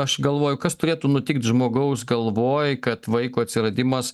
aš galvoju kas turėtų nutikt žmogaus galvoj kad vaiko atsiradimas